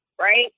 right